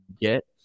get